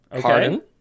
Pardon